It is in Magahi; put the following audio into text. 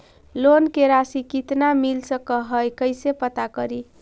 लोन के रासि कितना मिल सक है कैसे पता करी?